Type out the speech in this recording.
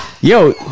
Yo